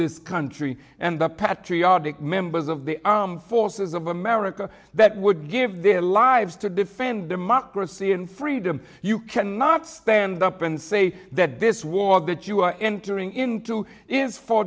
this country and the patry are the members of the armed forces of america that would give their lives to defend democracy and freedom you cannot stand up and say that this war that you are entering into is for